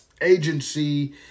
agency